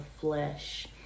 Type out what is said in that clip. flesh